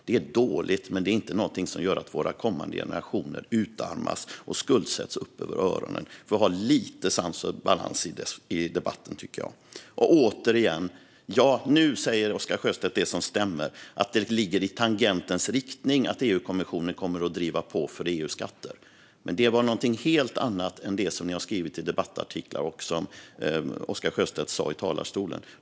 Det är dåligt, men det är inte något som gör att kommande generationer utarmas och skuldsätts upp över öronen. Vi får ha lite sans och balans i debatten, tycker jag. Och återigen - nu säger Oscar Sjöstedt det som stämmer: att det ligger i tangentens riktning att EU-kommissionen kommer att driva på för EU-skatter. Men detta är något helt annat än det ni har skrivit i debattartiklar och det som Oscar Sjöstedt sa i talarstolen.